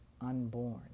unborn